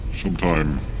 sometime